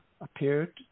appeared